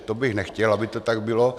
To bych nechtěl, aby to tak bylo.